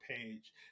page